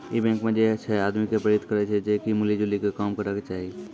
इ बैंक जे छे आदमी के प्रेरित करै छै जे मिली जुली के काम करै के चाहि